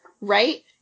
right